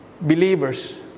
believers